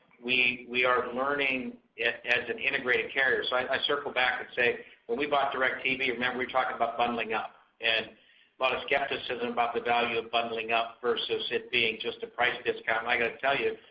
we we are learning yeah as an integrated carrier cycle i circle back and say when we bought directv, remember we talked about bundling up and what lot of skepticism about the value of bundling up versus it being just a price discount, and i got to tell you,